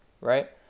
Right